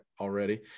already